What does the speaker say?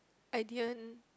I didn't